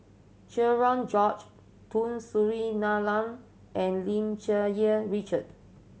Cherian George Tun Sri Lanang and Lim Cherng Yih Richard